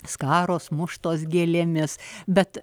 skaros muštos gėlėmis bet